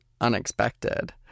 unexpected